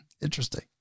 Interesting